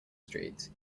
street